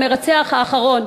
המרצח האחרון.